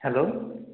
hello